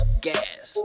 gas